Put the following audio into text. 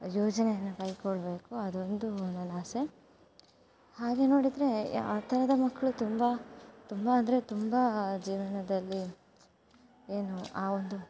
ಯೋಜನೆಯನ್ನು ಕೈಗೊಳ್ಳಬೇಕು ಅದೊಂದು ನನ್ನ ಆಸೆ ಹಾಗೇ ನೋಡಿದರೆ ಆ ಥರದ ಮಕ್ಕಳು ತುಂಬ ತುಂಬ ಅಂದರೆ ತುಂಬ ಜೀವನದಲ್ಲಿ ಏನು ಆ ಒಂದು